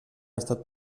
estat